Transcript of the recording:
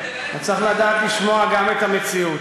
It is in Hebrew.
אבל צריך לדעת לשמוע גם את המציאות.